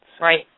Right